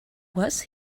was